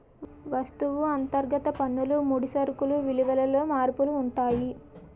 వస్తువు అంతర్గత పన్నులు ముడి సరుకులు విలువలలో మార్పులు ఉంటాయి